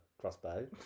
crossbow